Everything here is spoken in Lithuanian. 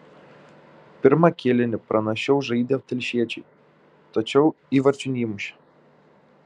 pirmą kėlinį pranašiau žaidė telšiečiai tačiau įvarčių neįmušė